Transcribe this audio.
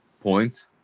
points